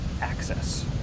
access